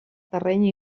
terreny